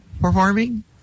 performing